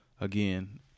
again